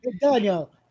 Daniel